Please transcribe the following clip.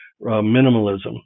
minimalism